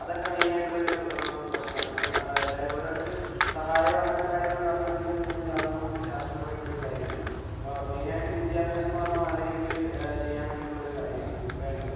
അതൊക്കെ മെയിനായിട്ടുള്ളൊരു പ്രശ്നമാണ് ഇപ്പോൾ എല്ലാവരും ഓരോരുത്തർ സഹായം അങ്ങനത്തെ കാര്യങ്ങളൊക്കെ അഭ്യർത്ഥിക്കുന്നുണ്ടെങ്കിലും അതൊന്നും നമുക്ക് ശാശ്വതമായിട്ടുള്ള ഒരു കാര്യമല്ല അപ്പോൾ മെയിനായിട്ട് വിദ്യാഭ്യാസം എന്നു പറഞ്ഞാൽ നല്ല രീയിയിൽ ചെയ്യാൻ വേണ്ടിയിട്ടുള്ള ഒരു കാര്യമാണ് വേണ്ടത്